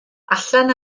allan